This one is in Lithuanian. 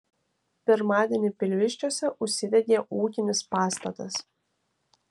pirmadienį pilviškiuose užsidegė ūkinis pastatas